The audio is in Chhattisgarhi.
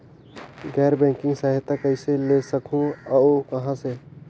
गैर बैंकिंग सहायता कइसे ले सकहुं और कहाँ से?